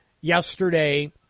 Yesterday